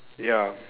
ya